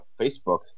Facebook